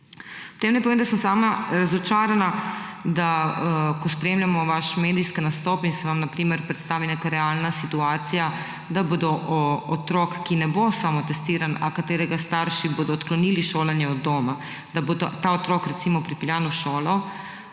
Ob tem naj povem, da sem sama razočarana, ko spremljamo vaš medijski nastop in se vam, na primer, predstavi neka realna situacija, da bo otrok, ki ne bo samotestiran, a katerega starši bodo odklonili šolanje od doma, da bo ta otrok recimo pripeljan v šolo